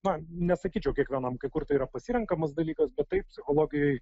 na nesakyčiau kiekvienam kai kur tai yra pasirenkamas dalykas bet taip psichologijoj